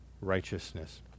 righteousness